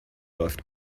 läuft